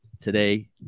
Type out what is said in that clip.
today